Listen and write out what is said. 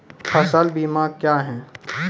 फसल बीमा क्या हैं?